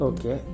Okay